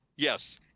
Yes